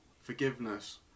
forgiveness